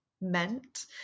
meant